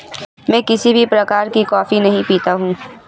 मैं किसी भी प्रकार की कॉफी नहीं पीता हूँ